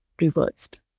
reversed